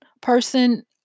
person